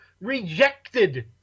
rejected